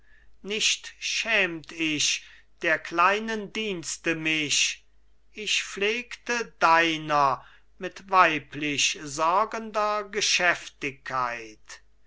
nicht schämt ich der kleinen dienste mich ich pflegte deiner mit weiblich sorgender geschäftigkeit